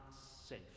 safe